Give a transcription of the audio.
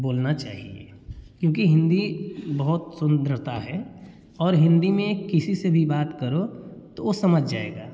बोलना चाहिए क्योंकि हिंदी बहुत सुंदरता है और हिंदी में किसी से भी बात करो तो वह समझ जाएगा